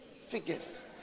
figures